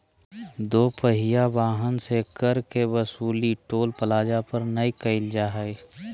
दो पहिया वाहन से कर के वसूली टोल प्लाजा पर नय कईल जा हइ